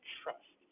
trust